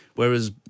Whereas